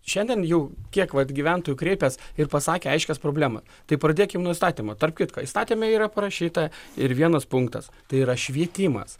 šiandien jau kiek vat gyventojų kreipės ir pasakė aiškias problemą tai pradėkim nuo įstatymo tarp kitko įstatyme yra parašyta ir vienas punktas tai yra švietimas